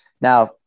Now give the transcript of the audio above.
Now